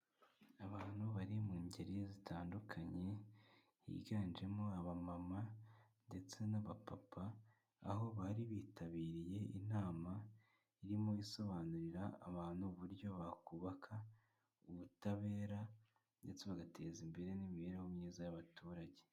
Abantu bari mu ngeri zitandukanye, higanjemo abamama ndetse n'abapapa, aho bari bitabiriye inama irimo isobanurira abantu uburyo bakubaka ubutabera ndetse bagateza imbere n'imibereho myiza y'abaturage.